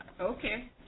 Okay